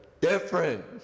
different